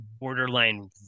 borderline